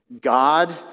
God